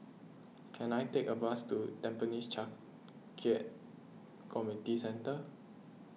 can I take a bus to Tampines Changkat Community Centre